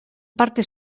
parte